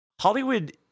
hollywood